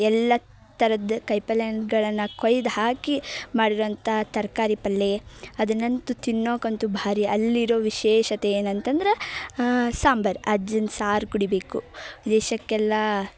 ಎಲ್ಲ ಥರದ ಕಾಯಿ ಪಲ್ಯಗಳನ್ನು ಕೊಯ್ದು ಹಾಕಿ ಮಾಡಿರುವಂಥ ತರಕಾರಿ ಪಲ್ಯ ಅದನ್ನಂತೂ ತಿನ್ನೋಕಂತೂ ಭಾರಿ ಅಲ್ಲಿರೋ ವಿಶೇಷತೆ ಏನಂತಂದ್ರೆ ಸಾಂಬಾರ್ ಅಜ್ಜನ ಸಾರು ಕುಡಿಬೇಕು ದೇಶಕ್ಕೆಲ್ಲ